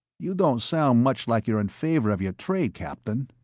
you don't sound much like you're in favor of your trade, captain,